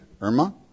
Irma